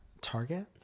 Target